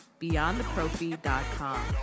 BeyondTheProfi.com